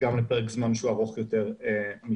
גם לפרק זמן שהוא ארוך יותר משנה.